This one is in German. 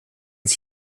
ins